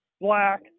black